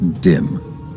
dim